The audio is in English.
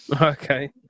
Okay